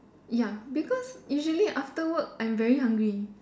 ya because usually after work I'm very hungry